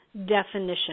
definition